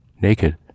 naked